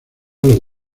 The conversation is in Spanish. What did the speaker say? los